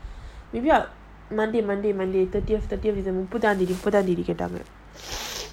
monday monday monday thirtieth thirthieth december put down already put down already